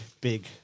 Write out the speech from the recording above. big